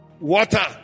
Water